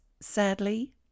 sadly